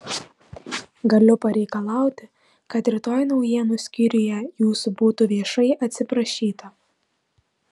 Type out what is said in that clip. galiu pareikalauti kad rytoj naujienų skyriuje jūsų būtų viešai atsiprašyta